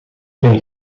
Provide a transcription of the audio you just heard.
ben